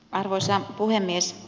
arvoisa puhemies